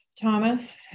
Thomas